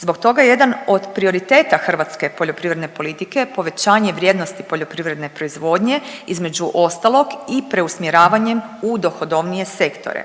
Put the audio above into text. Zbog toga je jedan od prioriteta hrvatske poljoprivredne politike, povećanje vrijednosti poljoprivredne proizvodnje, između ostalog i preusmjeravanjem u dohodovnije sektore.